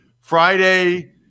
Friday